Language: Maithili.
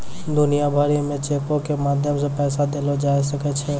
दुनिया भरि मे चेको के माध्यम से पैसा देलो जाय सकै छै